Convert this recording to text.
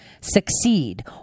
succeed